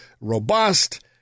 robust